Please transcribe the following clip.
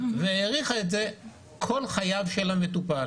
והאריכה את זה למשך כל חייו של המטופל.